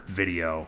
video